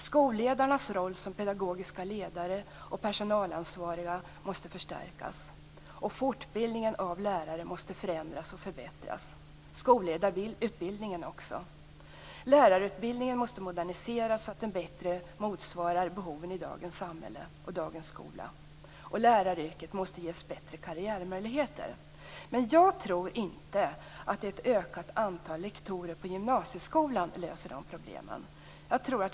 Skolledarnas roll som pedagogiska ledare och personalansvariga måste förstärkas. Fortbildningen av lärare måste förändras och förbättras, liksom skolledarutbildningen. Lärarutbildningen måste moderniseras, så att den bättre motsvarar behoven i dagens samhälle och skola, och läraryrket måste ges bättre karriärmöjligheter. Men jag tror inte att ett ökat antal lektorer på gymnasieskolan löser dessa problem.